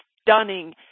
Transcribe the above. stunning